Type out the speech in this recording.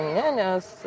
ne nes